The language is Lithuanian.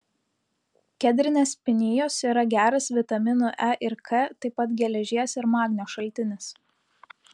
kedrinės pinijos yra geras vitaminų e ir k taip pat geležies ir magnio šaltinis